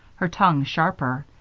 her tongue sharper,